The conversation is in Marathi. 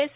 एस